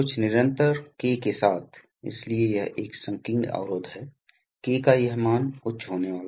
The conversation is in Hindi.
तो A compressor B check valve C संचायक D दिशा नियंत्रण वाल्व और अंत में E सिलेंडर या एक्चुएटर को सक्रिय कर रहा है